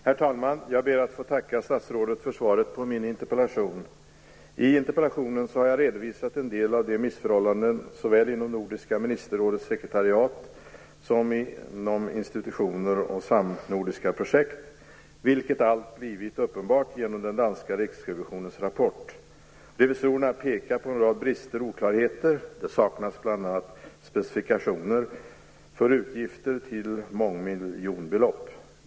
Herr talman! Jag ber att få tacka statsrådet för svaret på min interpellation. I interpellationen har jag redovisat en del av de missförhållanden, såväl inom Nordiska ministerrådets sekretariat som inom institutioner och samnordiska projekt, som blivit uppenbara genom den danska riksrevisionens rapport. Revisorerna pekar på en rad brister och oklarheter. Det saknas bl.a. specifikationer för utgifter som uppgår till mångmiljonbelopp.